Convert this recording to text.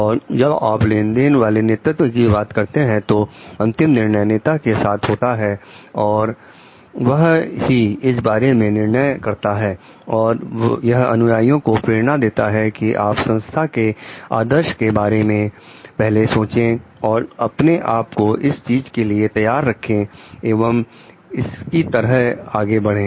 और जब आप लेन देन वाले नेतृत्व की बात करते हैं तो अंतिम नियंत्रण नेता के साथ होता है और वह ही इसके बारे में निर्णय करता है और यह अनुयायियों को प्रेरणा देता है कि आप संस्था के आदर्शों के बारे में पहले सोचे और अपने आप को इस चीज के लिए तैयार रखें एवं इसकी तरह आगे बढ़े